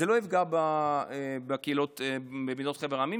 זה לא יפגע בקהילות מחבר המדינות,